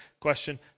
question